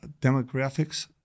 demographics –